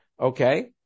Okay